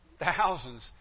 thousands